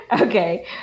Okay